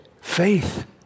Faith